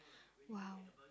!wow!